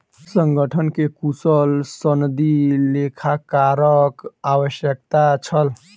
संगठन के कुशल सनदी लेखाकारक आवश्यकता छल